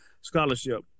scholarship